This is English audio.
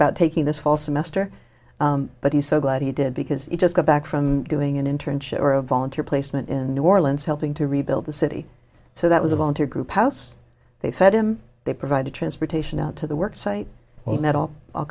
about taking this fall semester but he's so glad he did because it just got back from doing an internship or a volunteer placement in new orleans helping to rebuild the city so that was a volunteer group house they fed him they provided transportation out to the work site all